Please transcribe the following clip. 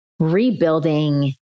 rebuilding